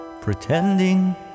Pretending